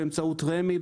באמצעות רמ"י,